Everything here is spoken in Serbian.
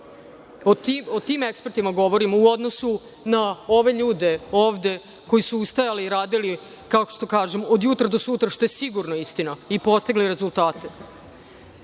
O tim ekspertima govorimo, u odnosu na ove ljude ovde koji su ustajali i radili od jutra do sutra, što je sigurno istina, i postigli rezultate.Sećam